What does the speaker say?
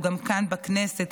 היא גם כאן בכנסת,